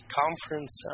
conference